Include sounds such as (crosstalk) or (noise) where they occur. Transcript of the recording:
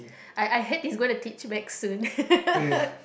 I I heard he's gonna teach maths soon (laughs)